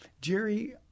Jerry